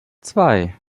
zwei